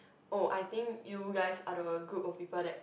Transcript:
oh I think you guys are the group of people that